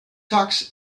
tux